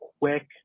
quick